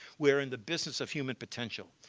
we're in the business of human potential.